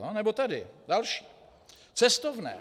Nebo tady další cestovné.